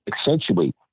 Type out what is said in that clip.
accentuate